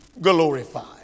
glorified